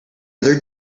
other